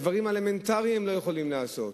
כשאת הדברים האלמנטריים לא יכולים לעשות?